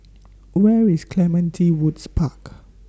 Where IS Clementi Woods Park